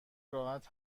راحت